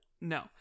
No